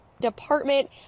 department